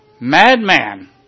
madman